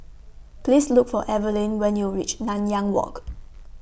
Please Look For Evelin when YOU REACH Nanyang Walk